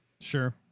sure